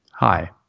Hi